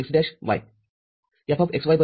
y Fxy x'